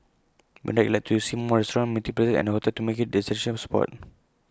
beyond that he'd like to see more restaurants meeting places and A hotel to make IT A destination spot